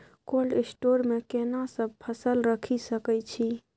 Cold store मे केना सब फसल रखि सकय छी?